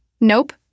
Nope